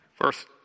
First